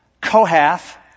Kohath